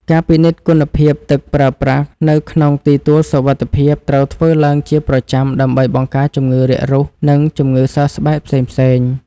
ការពិនិត្យគុណភាពទឹកប្រើប្រាស់នៅក្នុងទីទួលសុវត្ថិភាពត្រូវធ្វើឡើងជាប្រចាំដើម្បីបង្ការជំងឺរាករូស និងជំងឺសើស្បែកផ្សេងៗ។